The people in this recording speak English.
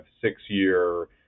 six-year